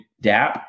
dap